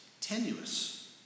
tenuous